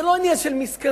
זה לא עניין של מסכן,